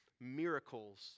Miracles